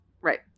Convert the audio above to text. Right